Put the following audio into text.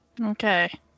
Okay